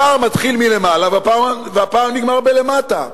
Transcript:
הפער מתחיל מלמעלה והפער נגמר למטה.